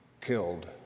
killed